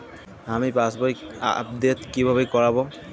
আমি পাসবই আপডেট কিভাবে করাব?